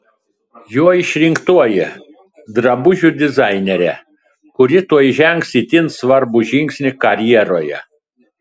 jo išrinktoji drabužių dizainerė kuri tuoj žengs itin svarbų žingsnį karjeroje